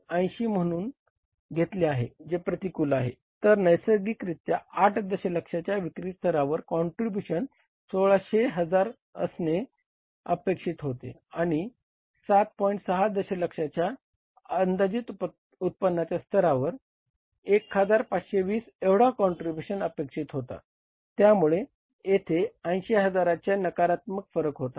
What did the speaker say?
6 दशलक्षाच्या अंदाजित उत्पन्नाच्या स्तरावर 1520 एवढा काँट्रीब्युशन स्तरासाठी हा 981 होता